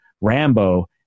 Rambo